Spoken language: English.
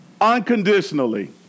unconditionally